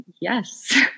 yes